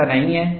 ऐसा नही है